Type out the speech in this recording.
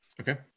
Okay